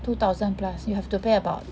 two thousand plus you have to pay about